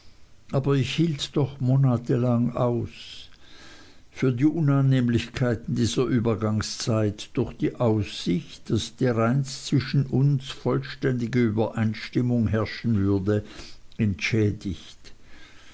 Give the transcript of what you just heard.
aber ich hielt doch monatelang aus für die unannehmlichkeiten dieser übergangszeit durch die aussicht daß dereinst zwischen uns vollständige übereinstimmung herrschen würde entschädigt